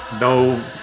No